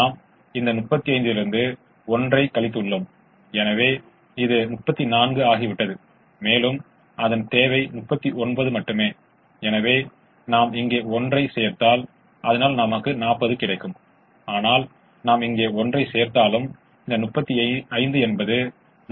3X1 3X2 ≤ 21 4X1 3X2 ≤ 24 X1 X2 ≥ 0 ஐ திருப்திப்படுத்தும் எந்த X1 X2 ஒரு சாத்தியமான தீர்வு என்று அழைக்கப்படுகிறது